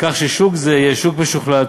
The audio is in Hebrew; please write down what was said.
כך ששוק זה יהיה שוק משוכלל,